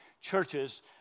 churches